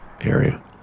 area